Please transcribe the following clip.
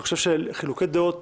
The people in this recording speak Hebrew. אני חושב שחילוקי דעות